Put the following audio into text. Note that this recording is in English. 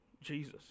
Jesus